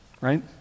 right